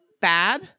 Bab